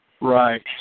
Right